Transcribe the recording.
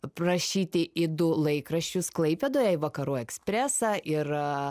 prašyti į du laikraščius klaipėdoje vakarų ekspresą ir